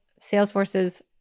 Salesforce's